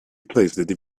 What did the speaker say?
placed